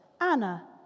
Anna